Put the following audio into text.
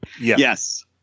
Yes